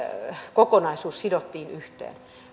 kokonaisuus sidottiin yhteen